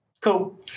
cool